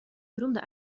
beroemde